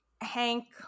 Hank